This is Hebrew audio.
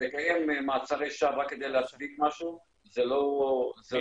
לקיים מעצרי שווא רק כדי להצדיק משהו זה לא משהו שיכול להוות פתרון.